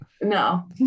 No